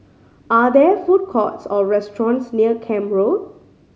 are there food courts or restaurants near Camp Road